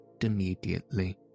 immediately